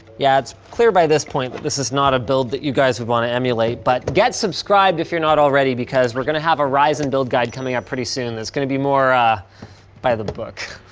yeah, it's clear by this point that this is not a build that you guys would want to emulate. but get subscribed if you're not already, because we're gonna have a ryzen build guide coming out pretty soon. it's gonna be more by the book.